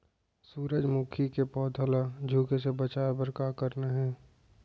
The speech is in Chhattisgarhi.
सूरजमुखी के पौधा ला झुके ले बचाए बर का करना हे?